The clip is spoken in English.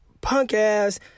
punk-ass